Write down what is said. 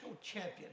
champion